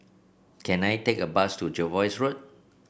can I take a bus to Jervois Road